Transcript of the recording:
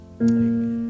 amen